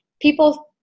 people